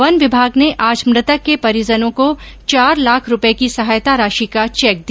one विभाग ने आज मृतक के परिजनों को चार लाख रूपये की सहायता राशि का चेक दिया